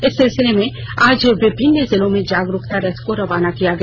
इस सिलसिले में आज विभिन्न जिलों में जागरूकता रथ को रवाना किया गया